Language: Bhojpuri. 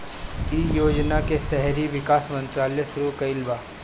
इ योजना के शहरी विकास मंत्रालय शुरू कईले बा